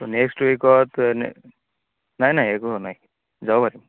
ত' next ৱিকত নাই নাই একো হোৱা নাই যাব পাৰি